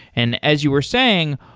and as you were saying,